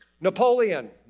Napoleon